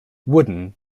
wooden